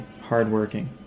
hardworking